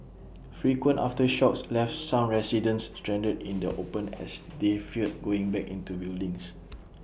frequent aftershocks left some residents stranded in the open as they feared going back into buildings